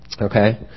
Okay